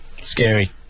scary